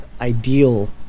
ideal